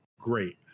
great